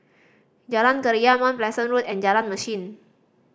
Jalan Keria Mount Pleasant Road and Jalan Mesin